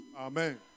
Amen